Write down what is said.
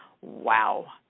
Wow